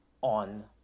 on